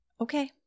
okay